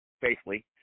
faithfully